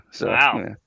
Wow